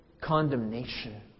condemnation